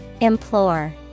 Implore